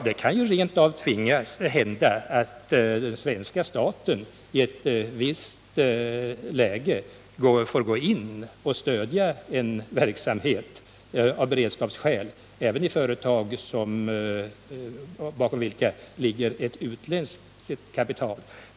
Det kan rent av hända att svenska staten i ett visst läge av beredskapsskäl får gå in och stödja verksamheten även i företag, bakom vilka det står utländskt kapital.